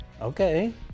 Okay